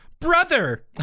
brother